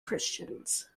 christians